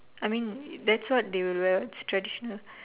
I mean that's what they will wear it's traditional